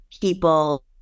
people